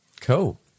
Cool